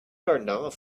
arnav